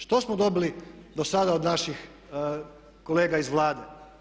Što smo dobili do sada od naših kolega iz Vlade?